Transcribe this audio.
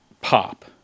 pop